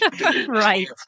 Right